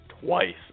twice